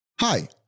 Hi